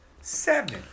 Seven